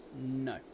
No